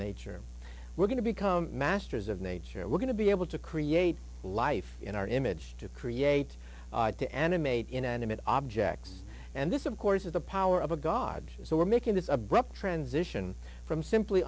nature we're going to become masters of nature and we're going to be able to create life in our image to create to animate inanimate objects and this of course is the power of a god so we're making this abrupt transition from simply